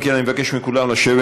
אם כן, אני מבקש מכולם לשבת.